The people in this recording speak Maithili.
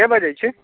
के बजै छी